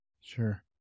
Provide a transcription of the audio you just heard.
Sure